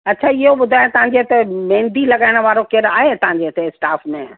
अच्छा इहो ॿुधायो तव्हांजे हिते मंहेंदी लॻाइण वारो केरु आहे तव्हांजे हिते स्टाफ़ में